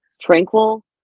tranquil